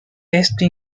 esto